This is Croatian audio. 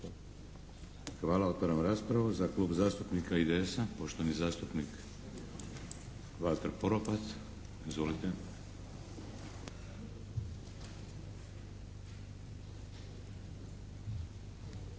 Hvala. Otvaram raspravu. Za klub zastupnika IDS-a poštovani zastupnik Valter Poropat. Izvolite.